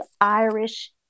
Irish